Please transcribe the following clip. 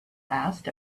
asked